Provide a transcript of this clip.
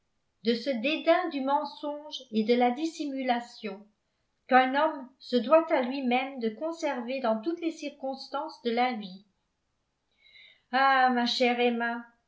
de ce dédain du mensonge et de la dissimulation qu'un homme se doit à lui-même de conserver dans toutes les circonstances de la vie ah ma chère emma